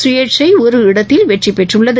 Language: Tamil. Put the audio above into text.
சுயேட்சை ஒரு இடத்தில் வெற்றி பெற்றுள்ளது